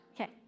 Okay